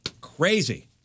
crazy